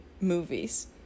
movies